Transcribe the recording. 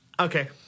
Okay